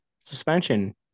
suspension